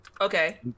Okay